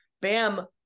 Bam